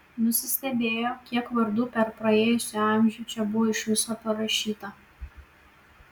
nusistebėjo kiek vardų per praėjusį amžių čia buvo iš viso parašyta